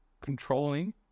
controlling